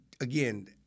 again